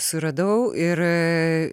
suradau ir